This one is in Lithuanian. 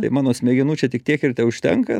tai mano smegenų čia tik tiek ir teužtenka